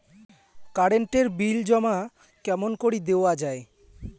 Current এর bill জমা কেমন করি দেওয়া যায়?